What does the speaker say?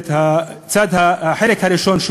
החלק הראשון,